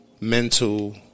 mental